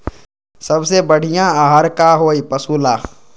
सबसे बढ़िया आहार का होई पशु ला?